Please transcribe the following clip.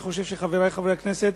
אני חושב שחברי חברי הכנסת,